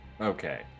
Okay